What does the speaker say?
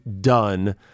done